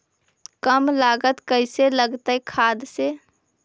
कम लागत कैसे लगतय खाद से?